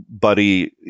Buddy